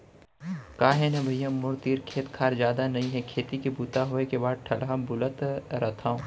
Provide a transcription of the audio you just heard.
का हे न भइया मोर तीर खेत खार जादा नइये खेती के बूता होय के बाद ठलहा बुलत रथव